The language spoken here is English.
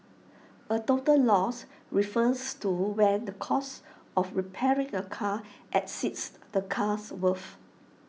A total loss refers to when the cost of repairing A car exceeds the car's worth